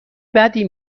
بدی